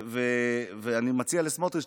אני מציע לסמוטריץ',